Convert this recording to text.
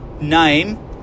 name